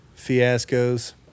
Fiascos